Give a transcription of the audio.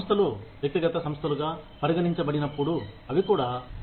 సంస్థలు వ్యక్తిగత సంస్థలుగా పరిగణించబడినప్పుడు అవి కూడా హేడోనిస్టిక్